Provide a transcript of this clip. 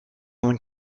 een